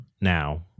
now